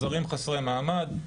זרים חסרי מעמד.